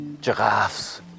giraffes